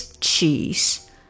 cheese